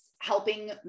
helping